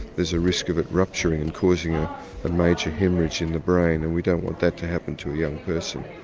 there's a risk of it rupturing and causing a and major haemorrhage in the brain and we don't want that to happen to a young person.